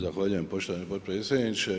Zahvaljujem poštovani potpredsjedniče.